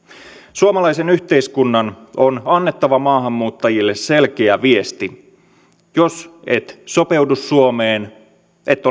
suomalaisen yhteiskunnan on annettava maahanmuuttajille selkeä viesti jos et sopeudu suomeen et